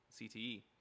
CTE